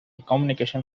communication